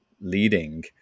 leading